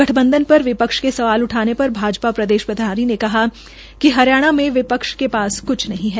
गठबंधन पर विपक्ष के सवाल उठाने पर भाजपा प्रदेश प्रभारी ने कहा कि हरियाणा में विपक्ष के पास क्छ नहीं है